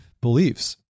beliefs